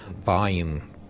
volume